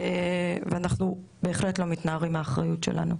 אנחנו בהחלט לא מתנערים מהאחריות שלנו.